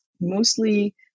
mostly